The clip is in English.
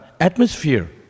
atmosphere